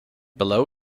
below